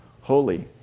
holy